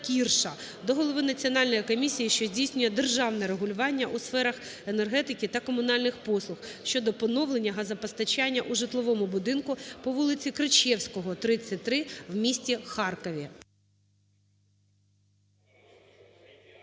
до голови Національної комісії, що здійснює державне регулювання у сферах енергетики та комунальних послуг щодо поновлення газопостачання у житловому будинку по вулиці Кричевського, 33 в місті Харкові.